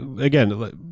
again